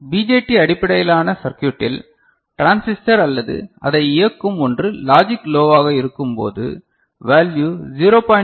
BJT அடிப்படையிலான சர்க்யுட்டில் transistor அல்லது அதை இயக்கும் ஒன்று லாஜிக் லோவாக இருக்கும்போது வேல்யு 0